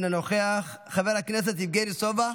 אינו נוכח, חבר הכנסת יבגני סובה,